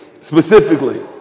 specifically